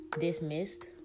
dismissed